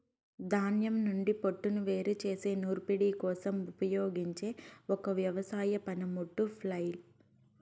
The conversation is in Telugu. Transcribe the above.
ధాన్యం నుండి పోట్టును వేరు చేసే నూర్పిడి కోసం ఉపయోగించే ఒక వ్యవసాయ పనిముట్టు ఫ్లైల్